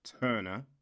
Turner